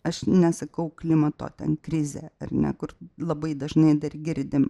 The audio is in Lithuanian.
aš nesakau klimato ten krizė ar ne kur labai dažnai dar girdim